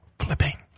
flipping